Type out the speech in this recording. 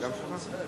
גם זה שלך?